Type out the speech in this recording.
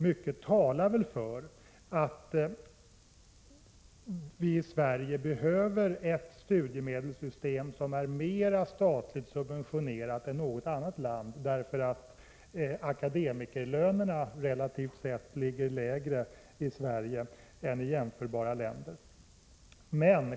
Mycket talar för att det i Sverige behövs ett studiemedelssystem som är mera statligt subventionerat än i något annat land, därför att akademikerlönerna relativt sett ligger lägre i Sverige än i jämförbara länder.